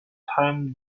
time